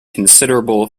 considerable